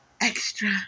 extra